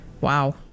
Wow